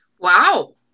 Wow